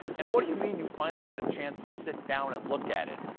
and what do you mean you finally had a chance to sit down and look at it?